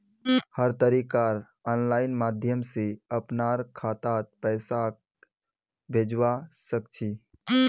हर तरीकार आनलाइन माध्यम से अपनार खातात पैसाक भेजवा सकछी